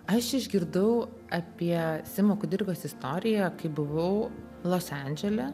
aš išgirdau apie simo kudirkos istoriją kai buvau los andžele